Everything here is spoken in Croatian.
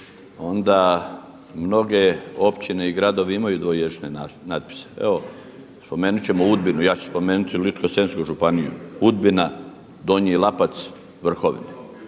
onda mnoge općine i gradovi imaju dvojezične natpise. Evo spomenut ćemo Udbinu ja ću spomenuti Ličko-senjsku županiju, Udbina, Donji Lapac, Vrhovine.